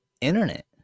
internet